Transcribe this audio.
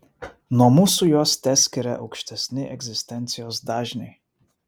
nuo mūsų juos teskiria aukštesni egzistencijos dažniai